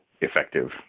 effective